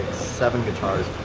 seven guitars,